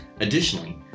Additionally